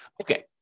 Okay